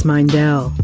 Mindell